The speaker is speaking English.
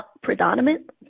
predominant